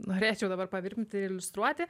norėčiau dabar pavirpint ir iliustruoti